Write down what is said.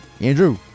Andrew